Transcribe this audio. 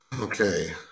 Okay